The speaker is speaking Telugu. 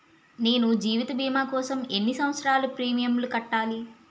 నేను జీవిత భీమా కోసం ఎన్ని సంవత్సారాలు ప్రీమియంలు కట్టాలి?